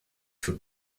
for